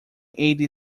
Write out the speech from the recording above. eighty